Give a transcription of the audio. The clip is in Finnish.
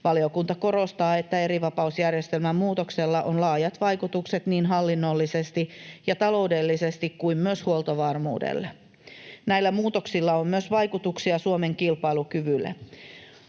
Valiokunta korostaa, että erivapausjärjestelmän muutoksella on laajat vaikutukset niin hallinnollisesti ja taloudellisesti kuin myös huoltovarmuudelle. Näillä muutoksilla on vaikutuksia myös Suomen kilpailukykyyn.